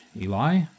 Eli